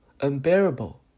Unbearable